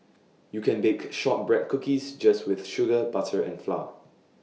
you can bake Shortbread Cookies just with sugar butter and flour